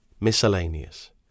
Miscellaneous